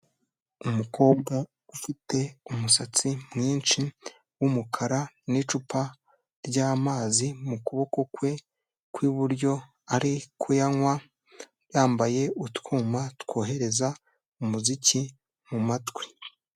Umukobwa ufite umusatsi mwinshi w'umukara n'icupa ry'amazi mu kuboko kwe kw'iburyo, ari kuyanywa yambaye utwuma twohereza umuziki mu matwi.